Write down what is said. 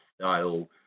style